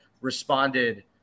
responded